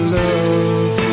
love